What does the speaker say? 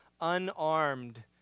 unarmed